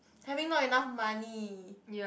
having not enough money